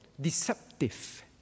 deceptive